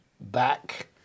back